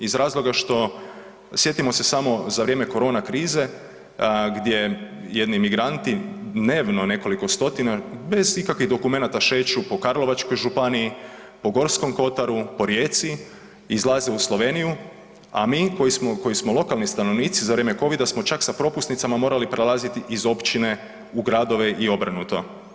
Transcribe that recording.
Iz razloga što, sjetimo se samo za vrijeme korona krize, gdje je jedni imigranti dnevno, nekoliko stotina, bez ikakvih dokumenata šeću po Karlovačkoj županiji, po Gorskom kotaru, po Rijeci, izlaze u Sloveniju, a mi koji smo lokalni stanovnici za vrijeme Covida smo čak sa propusnicama morali prelaziti iz općine u gradove i obrnuto.